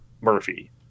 Murphy